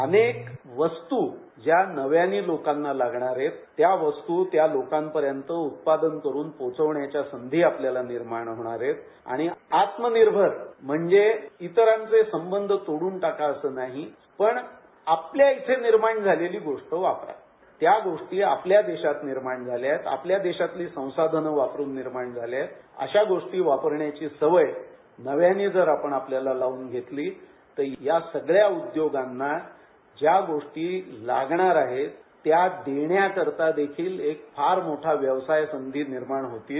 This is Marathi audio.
अनेक वस्तू या नव्याने लोकांना लागणारे त्या वस्तू त्या लोकांपर्यंत उत्पादन करून पोहोचवण्याच्या संधी आपल्याला निर्माण होणार आहेत आणि आत्मनिर्भर म्हणजे इतरांचे संबंध तोडून टाका असं नाही पण आपल्या इथे निर्माण झालेली गोष्ट वापरा त्या गोष्टी आपल्या देशात निर्माण झाल्यात आपल्या देशातली संसाधनं वापरून निर्माण झालेल्या अशा गोष्टी वापरण्याची सवय नव्याने जर आपण आपल्याला लावून घेतली तरी त्या सगळ्या उद्योगांना ज्या गोष्टी लागणार आहेत त्या देण्याकरता देखील एक फार मोठा व्यवसाय संधी निर्माण होतील